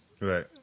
Right